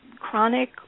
chronic